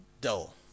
dull